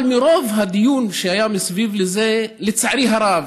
אבל מרוב הדיון שהיה מסביב לזה, לצערי הרב,